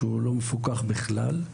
שהוא לא מפוקח בכלל.